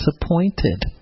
disappointed